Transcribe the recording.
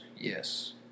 Yes